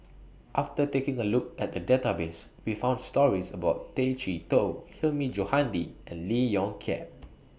after taking A Look At The Database We found stories about Tay Chee Toh Hilmi Johandi and Lee Yong Kiat